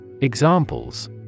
Examples